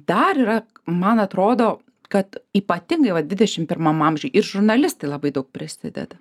dar yra man atrodo kad ypatingai va dvidešim pirmam amžiuj ir žurnalistai labai daug prisideda